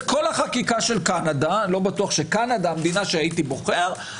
כל החקיקה של קנדה לא בטוח שקנדה המדינה הייתי בוחר,